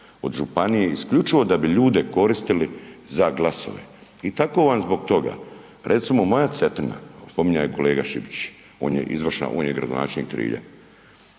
od županije isključivo da bi ljude koristili za glasove. I tako vam zbog toga, recimo, moja Cetina, spominjao je kolega Šipić, on je gradonačelnik Trilja.